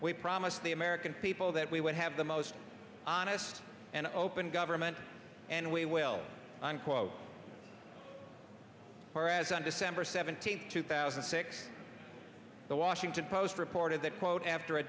we promised the american people that we would have the most honest and open government and we will unquote whereas on december seventeenth two thousand and six the washington post reported that quote after a